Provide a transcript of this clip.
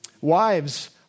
Wives